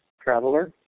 traveler